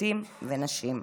מיעוטים ונשים,